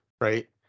right